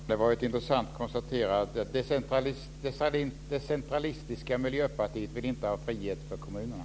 Fru talman! Det var ett intressant konstaterande. Det decentralistiska Miljöpartiet vill inte ha frihet för kommunerna.